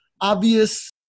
obvious